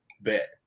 bet